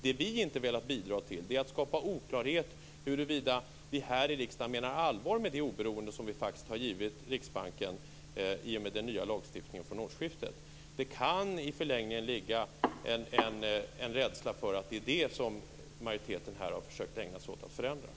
Det vi inte har velat bidra till är att skapa oklarhet om huruvida vi här i riksdagen menar allvar med det oberoende som vi faktiskt har givit Riksbanken i och med den nya lagstiftningen från årsskiftet. Det kan i förlängningen finnas en rädsla för att det är detta som majoriteten här har ägnat sig åt att försöka förändra.